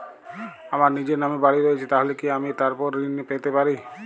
আমার নিজের নামে বাড়ী রয়েছে তাহলে কি আমি তার ওপর ঋণ পেতে পারি?